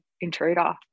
intruder